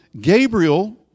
Gabriel